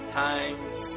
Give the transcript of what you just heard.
times